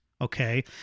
okay